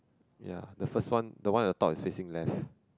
ya the first one the one at the top is facing left